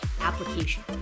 application